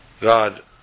God